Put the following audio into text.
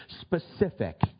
specific